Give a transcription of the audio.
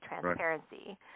transparency